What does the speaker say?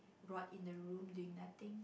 rot in the room doing nothing